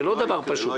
זה לא דבר פשוט.